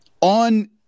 on